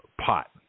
Pot